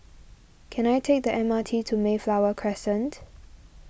can I take the M R T to Mayflower Crescent